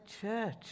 church